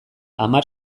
hamar